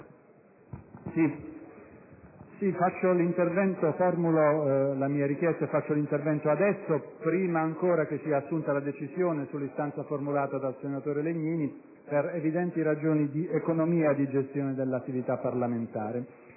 Signor Presidente, formulo la mia richiesta e intervengo adesso, prima ancora che sia assunta la decisione sull'istanza formulata dal senatore Legnini, per evidenti ragioni di economia di gestione dell'attività parlamentare.